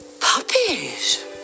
Puppies